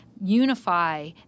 unify